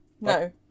no